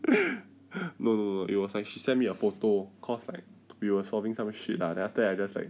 no no no it was like she sent me a photo because like we were solving some shit lah then after that I just like